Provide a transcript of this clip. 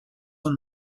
son